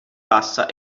bassa